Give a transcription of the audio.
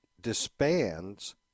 disbands